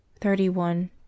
Thirty-one